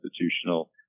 institutional